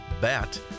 Bat